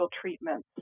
treatments